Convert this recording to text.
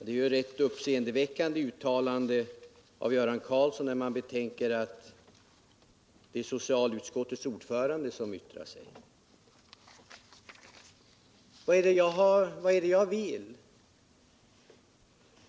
Det är ett uppseendeväckande uttalande av Göran Karlsson när man betänker att det är socialutskottets ordförande som yttrar sig. Vad är det jag vill?